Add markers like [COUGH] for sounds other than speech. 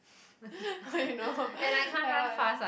[LAUGHS] how you know like what